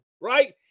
right